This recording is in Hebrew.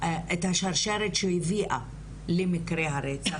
שרשרת שהביאה למקרי הרצח,